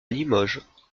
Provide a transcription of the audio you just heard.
limoges